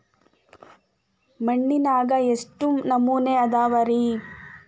ಮಣ್ಣಿನಾಗ ಎಷ್ಟು ನಮೂನೆ ಅದಾವ ರಿ?